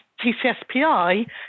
TCSPI